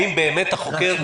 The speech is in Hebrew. האם באמת החוקר,